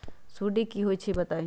सुडी क होई छई बताई?